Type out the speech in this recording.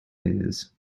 heirs